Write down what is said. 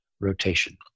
rotation